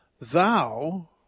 Thou